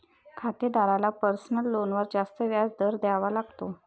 खातेदाराला पर्सनल लोनवर जास्त व्याज दर द्यावा लागतो